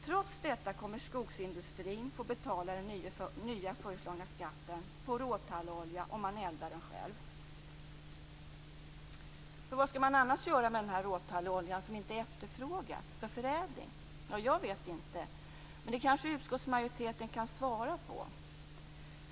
Trots detta kommer skogsindustrin att få betala den nya föreslagna skatten på råtallolja om man eldar den själv. För vad skall man annars göra med den råtallolja som inte efterfrågas för förädling? Ja, jag vet inte, men det kanske utskottsmajoriteten kan svara på.